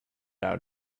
out